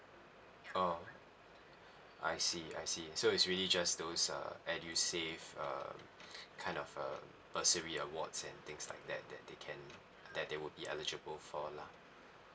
oh I see I see so it's really just those uh edusave uh kind of uh bursary awards and things like that that they can that they would be eligible for lah